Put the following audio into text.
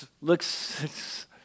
looks